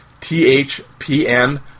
THPN